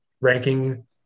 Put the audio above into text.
Ranking